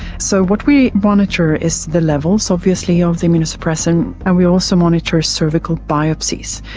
so what we monitor is the levels obviously of the immunosuppressant and we also monitor cervical biopsies,